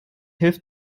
hilf